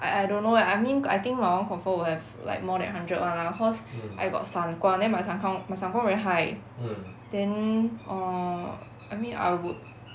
I I don't know eh I mean I think my [one] confirm will have like more than hundred [one] lah cause I got 散光 then my 散光 my 散光 very high then orh I mean I would